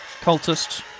cultist